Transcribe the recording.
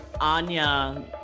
Anya